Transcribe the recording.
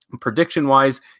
Prediction-wise